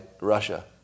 Russia